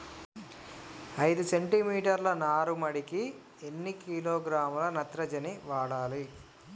ఐదు సెంటి మీటర్ల నారుమడికి ఎన్ని కిలోగ్రాముల నత్రజని వాడాలి?